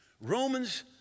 Romans